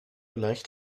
leicht